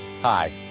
Hi